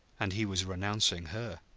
and he was renouncing her.